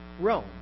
Rome